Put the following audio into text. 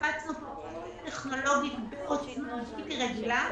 קפצנו פה קפיצה טכנולוגית בעוצמה בלתי רגילה.